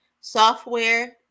software